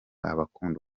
abakunda